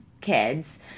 kids